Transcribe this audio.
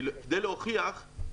כדי להוכיח,